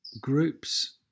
groups